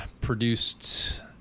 produced